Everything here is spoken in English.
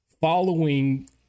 following